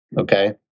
Okay